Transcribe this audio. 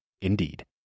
Indeed